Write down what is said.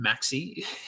Maxi